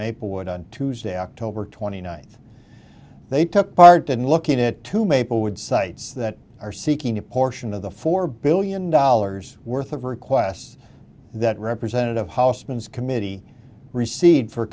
maplewood on tuesday october twenty ninth they took part in looking in to maplewood sites that are seeking a portion of the four billion dollars worth of requests that representative houseman's committee received for